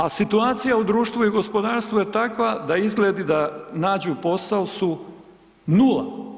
A situacija u društvu i gospodarstvu je takva da izgledi da nađu posao su nula.